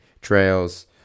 Trails